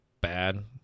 bad